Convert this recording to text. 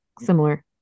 similar